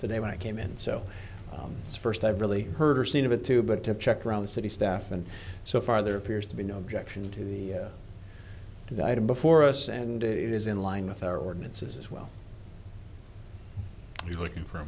today when i came in so it's first i've really heard or seen of it too but to check around the city staff and so far there appears to be no objection to the item before us and it is in line with our ordinances as well you're looking for a